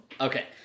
Okay